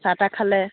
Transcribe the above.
চাহ তাহ খালে